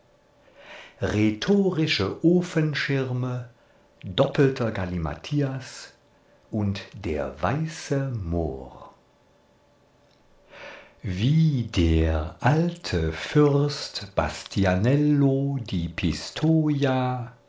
rhetorische ofenschirme doppelter gallimathias und der weiße mohr wie der alte fürst bastianelli